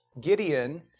Gideon